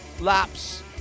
laps